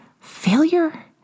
failure